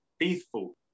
faithful